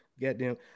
goddamn